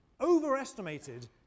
overestimated